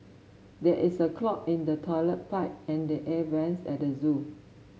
there is a clog in the toilet pipe and the air vents at the zoo